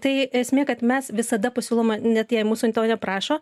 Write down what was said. tai esmė kad mes visada pasiūloma net jei mūsų neprašo